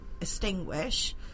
extinguish